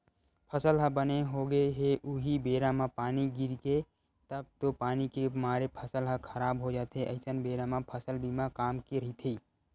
फसल ह बने होगे हे उहीं बेरा म पानी गिरगे तब तो पानी के मारे फसल ह खराब हो जाथे अइसन बेरा म फसल बीमा काम के रहिथे